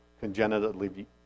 congenitally